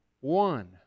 one